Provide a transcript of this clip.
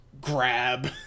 grab